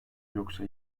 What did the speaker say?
yoksa